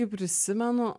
kai prisimenu